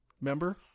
member